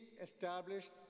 established